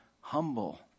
humble